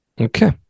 Okay